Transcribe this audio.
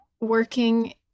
working